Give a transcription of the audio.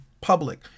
public